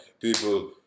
people